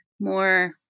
more